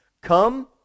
Come